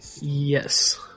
Yes